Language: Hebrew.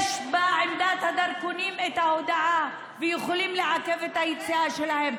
יש בעמדת הדרכונים את ההודעה ויכולים לעכב את היציאה שלהם.